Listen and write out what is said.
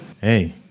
Hey